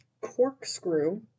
Corkscrew